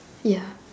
ya